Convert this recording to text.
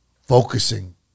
focusing